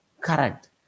correct